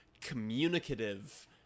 communicative